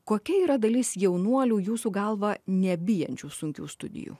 kokia yra dalis jaunuolių jūsų galva nebijančių sunkių studijų